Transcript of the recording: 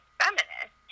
feminist